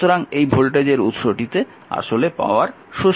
সুতরাং এই ভোল্টেজের উৎসটিতে আসলে পাওয়ার শোষিত হয়